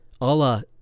Allah